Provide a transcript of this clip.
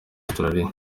austria